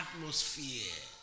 atmosphere